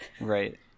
right